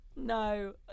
No